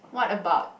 what about